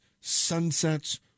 sunsets